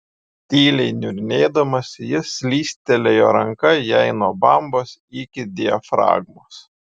tyliai niurnėdamas jis slystelėjo ranka jai nuo bambos iki diafragmos